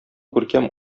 күркәм